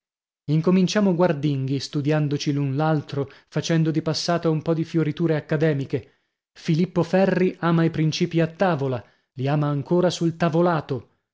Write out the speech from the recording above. incominciamo guardinghi studiandoci l'un l'altro facendo di passata un po di fioriture accademiche filippo ferri ama i principii a tavola li ama ancora sul tavolato